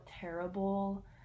terrible